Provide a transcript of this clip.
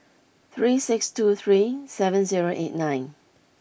three six two three seven zero eight nine